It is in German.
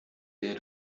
der